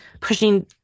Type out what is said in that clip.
pushing